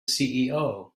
ceo